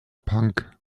punk